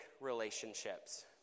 relationships